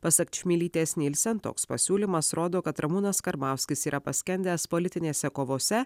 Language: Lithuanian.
pasak čmilytės nielsen toks pasiūlymas rodo kad ramūnas karbauskis yra paskendęs politinėse kovose